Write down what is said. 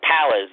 powers